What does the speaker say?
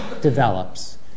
develops